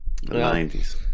90s